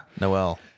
Noel